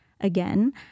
again